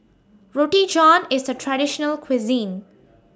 Roti John IS A Traditional Cuisine